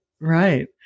Right